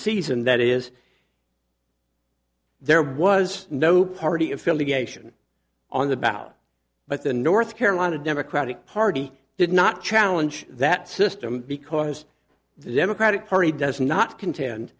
season that is there was no party affiliation on the bow but the north carolina democratic party did not challenge that system because the democratic party does not conten